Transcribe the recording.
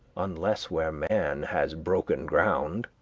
unless where man has broken ground.